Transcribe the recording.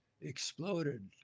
exploded